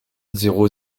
zéro